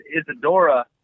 Isadora